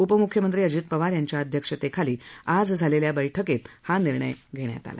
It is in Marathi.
उपमुख्यमंत्री अजित पवार यांच्या अध्यक्षतेखाली आज झालेल्या बैठकीत हा निर्णय घेण्यात आला